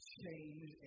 change